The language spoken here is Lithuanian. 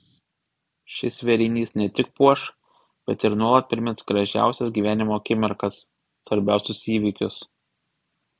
šis vėrinys ne tik puoš bet ir nuolat primins gražiausias gyvenimo akimirkas svarbiausius įvykius